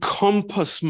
compass